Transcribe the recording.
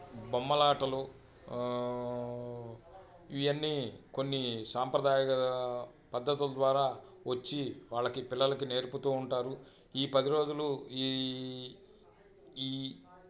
బొమ్మలాటలు ఇవన్నీ కొన్ని సాంప్రదాయ పద్ధతుల ద్వారా వచ్చి వాళ్ళకి పిల్లలకి నేర్పుతూ ఉంటారు ఈ పది రోజులు ఈ ఈ